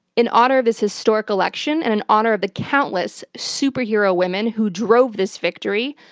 in honor of this historic election and in honor of the countless superhero women who drove this victory,